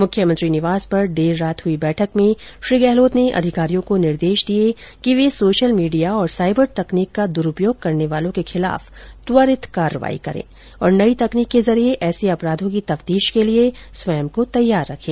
मुख्यमंत्री निवास पर देर रात हुई बैठक में श्री गहलोत ने अधिकारियों को निर्देश दिए कि वे सोशल मीडिया तथा साइबर तकनीक का दुरूपयोग करने वालों के खिलाफ त्वरित कार्रवाई करें और नई तकनीक के जरिये ऐसे अपराधों की तफतीश के लिए स्वयं को तैयार रखें